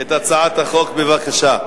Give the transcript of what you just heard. את הצעת החוק, בבקשה.